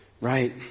Right